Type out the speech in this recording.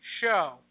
show